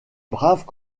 braves